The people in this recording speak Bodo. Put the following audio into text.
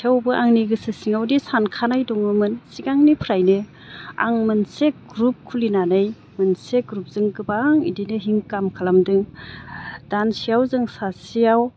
थेवबो आंनि गोसो सिङावदि सानखानाय दङमोन सिगांनिफ्रायनो आं मोनसे ग्रुप खुलिनानै मोनसे ग्रुपजों गोबां इदिनो इनकाम खालामदों दानसेयाव जों सासेयाव